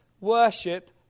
worship